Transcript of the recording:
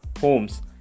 homes